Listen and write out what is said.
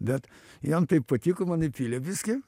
bet jam taip patiko man įpylė biskį